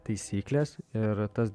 taisyklės ir tas